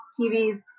TV's